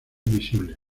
visible